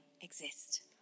exist